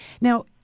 Now